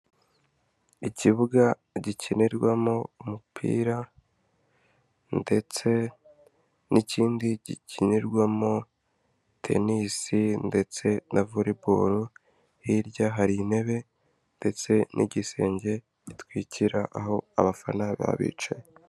Ikibuga gikinirwamo umupira ndetse n'ikindi gikinirwamo tenisi ndetse na volleyball, hirya hari intebe ndetse n'igisenge gitwikira aho abafana baba bicaye.